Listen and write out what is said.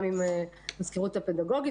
גם עם המזכירות הפדגוגית,